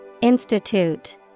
Institute